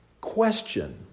question